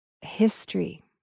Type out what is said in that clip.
history